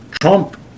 Trump